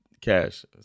cash